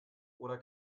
oder